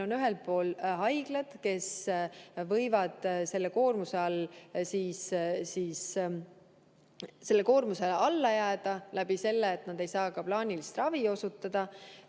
on ühel pool haiglad, kes võivad sellele koormusele alla jääda, nii et nad ei saa plaanilist ravi osutada.